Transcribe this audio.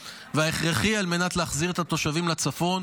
וההכרחי על מנת להחזיר את התושבים לצפון.